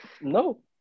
No